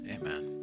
amen